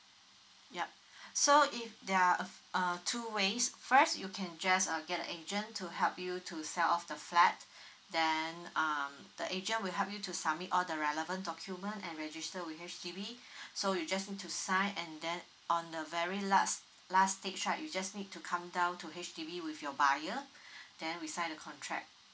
yup so if there are uh uh two ways first you can just uh get the agent to help you to sell of the flat then um the agent will help you to submit all the relevant document and register with H_D_B so you just need to sign and then on the very last last stage right you just need to come down to H_D_B with your buyer then we sign the contract